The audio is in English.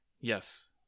Yes